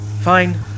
Fine